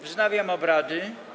Wznawiam obrady.